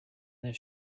there